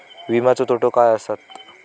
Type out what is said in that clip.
विमाचे तोटे काय आसत?